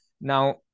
Now